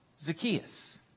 Zacchaeus